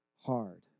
hard